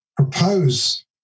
Propose